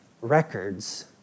records